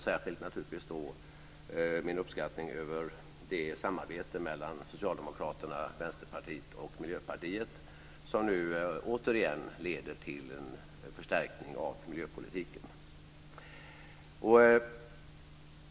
Särskilt vill jag då uttrycka min uppskattning över det samarbete mellan Socialdemokraterna, Vänsterpartiet och Miljöpartiet som nu återigen leder till en förstärkning av miljöpolitiken.